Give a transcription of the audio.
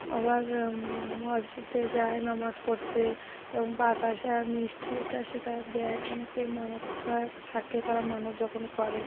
আবার মসজিদে যায় নামাজ পড়তে এবং বাতাসা মিষ্টি এটা সেটা দেয় অনেকেই মানত খায় থাকে তারা মানত যখন করে